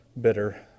bitter